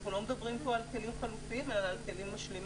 אנחנו לא מדברים פה על כלים חלופיים אלא על כלים משלימים.